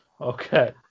Okay